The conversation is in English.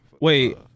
Wait